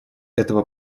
этого